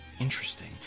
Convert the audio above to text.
Interesting